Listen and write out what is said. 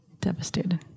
Devastated